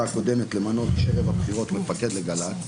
הקודמת למנות ערב הבחירות מפקד לגל"צ,